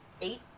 Eight